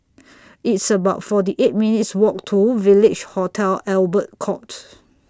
It's about forty eight minutes' Walk to Village Hotel Albert Court